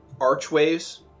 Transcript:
archways